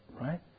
right